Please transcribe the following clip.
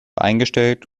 eingestellt